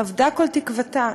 אבדה כל תקוותה.